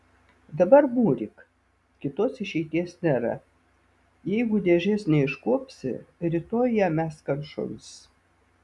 dabar mūryk kitos išeities nėra jeigu dėžės neiškuopsi rytoj ją mesk ant šuns